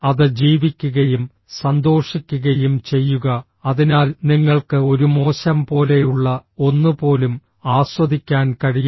അത് ജീവിക്കുകയും സന്തോഷിക്കുകയും ചെയ്യുക അതിനാൽ നിങ്ങൾക്ക് ഒരു മോശം പോലെയുള്ള ഒന്ന് പോലും ആസ്വദിക്കാൻ കഴിയും